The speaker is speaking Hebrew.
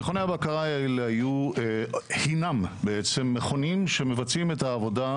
מכוני הבקרה הינם מכונים שמבצעים את העבודה